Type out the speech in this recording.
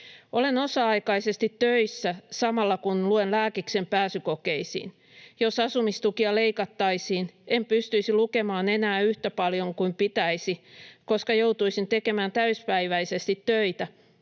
”Olen osa-aikaisesti töissä samalla, kun luen lääkiksen pääsykokeisiin. Jos asumistukea leikattaisiin, en pystyisi lukemaan enää yhtä paljon kuin mitä pitäisi, koska joutuisin tekemään täyspäiväisesti töitä,